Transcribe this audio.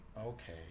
okay